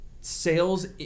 Sales